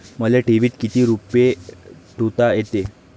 मले ठेवीत किती रुपये ठुता येते?